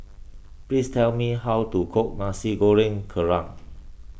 please tell me how to cook Nasi Goreng Kerang